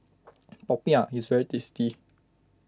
Popiah is very tasty